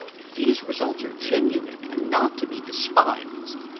these results are genuine and not to be despised.